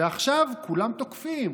ועכשיו כולם תוקפים,